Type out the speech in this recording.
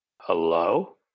Hello